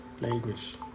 language